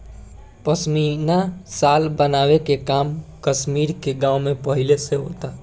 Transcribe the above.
पश्मीना शाल बनावे के काम कश्मीर के गाँव में पहिले से होता